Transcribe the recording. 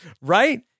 Right